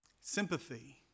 Sympathy